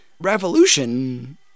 revolution